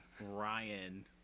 Ryan